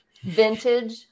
Vintage